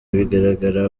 bigaragara